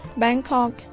bangkok